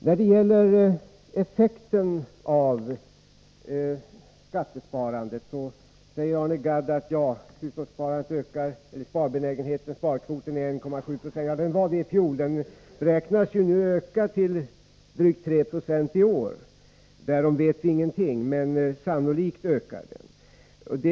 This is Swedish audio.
När det gäller effekten av skattesparandet säger Arne Gadd att sparbenägenheten ökar. Ja, sparkvoten var 1,7 90 i fjol och beräknas öka till drygt 3 Jo i år. Därom vet vi ingenting säkert, men sannolikt ökar den.